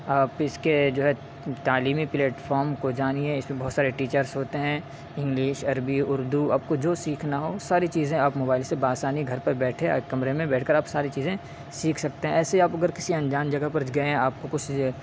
اور آپ اس کے جو ہے تعلیمی پلیٹفارم کو جانیے اس میں بہت سارے ٹیچرس ہوتے ہیں انگلش عربی اردو آپ کو جو سیکھنا ہو ساری چیزیں آپ موبائل سے بہ آسانی گھر پر بیٹھے ایک کمرے میں بیٹھ کر آپ ساری چیزیں سیکھ سکتے ہیں ایسے ہی آپ اگر کسی انجان جگہ پر گئے ہیں آپ کو کچھ